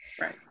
Right